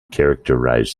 characterized